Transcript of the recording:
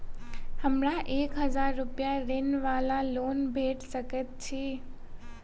हमरा एक हजार रूपया ऋण वा लोन भेट सकैत अछि?